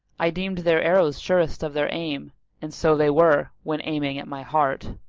i deemed their arrows surest of their aim and so they were when aiming at my heart!